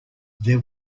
there